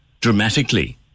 dramatically